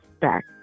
back